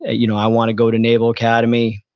ah you know i want to go to naval academy.